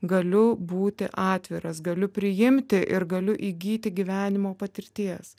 galiu būti atviras galiu priimti ir galiu įgyti gyvenimo patirties